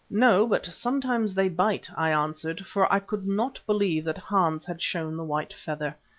no, but sometimes they bite, i answered, for i could not believe that hans had showed the white feather.